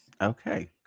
Okay